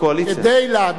כדי להדוף את